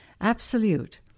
absolute